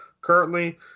Currently